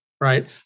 right